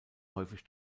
häufig